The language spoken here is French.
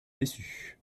déçus